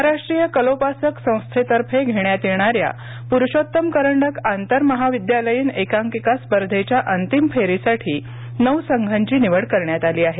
महाराष्ट्रीय कलोपासक संस्थेतर्फे घेण्यात येणाऱ्या पुरषोत्तम करंडक आंतरमहाविद्यालयीन एकांकिका स्पर्धेच्या अंतीम फेरीसाठी नऊ संघांची निवड करण्यात आली आहे